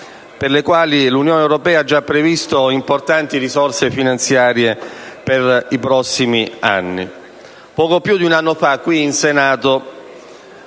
per la quale l'Unione europea ha già previsto importanti risorse finanziarie per i prossimi anni. Poco più di un anno fa, in Senato,